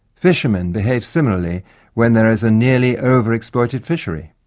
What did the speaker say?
fishermen behave similarly when there is a nearly over-exploited fishery.